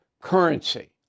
currency